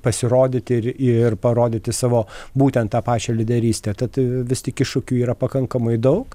pasirodyti ir ir parodyti savo būtent tą pačią lyderystę tad vis tik iššūkių yra pakankamai daug